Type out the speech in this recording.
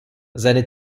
seine